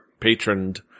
patroned